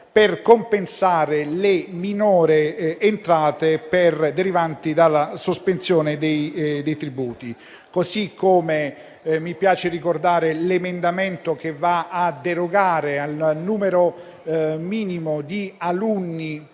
per compensare le minori entrate derivanti dalla sospensione dei tributi. Mi piace poi ricordare l'emendamento che va a derogare il numero minimo di alunni